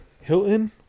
Hilton